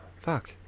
Fuck